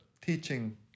teaching